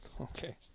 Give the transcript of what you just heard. Okay